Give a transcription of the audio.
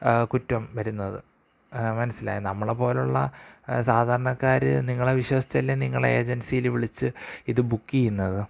കുറ്റം വരുന്നത് മനസ്സിലായോ നമ്മളെ പോലുള്ള സാധാരണക്കാര് നിങ്ങളെ വിശ്വസിച്ചല്ലേ നിങ്ങളെ ഏജൻസിയില് വിളിച്ച് ഇത് ബുക്കെയ്യുന്നത്